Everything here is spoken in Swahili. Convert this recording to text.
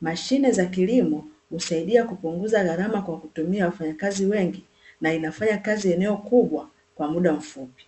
Mashine za kilimo husaidia kupunguza gharama kwa kutumia wafanyakazi wengi, na inafanya kazi eneo ukubwa kwa muda mfupi.